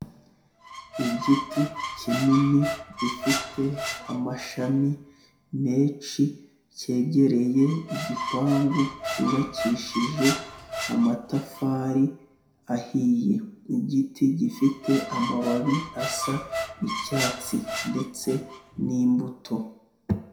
Igiti kinini gifite amashami menshi cyegereye igipangu cyubakishije amatafari ahiye, igiti gifite amababi asa icyatsi ndetse n'imbuto.